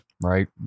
Right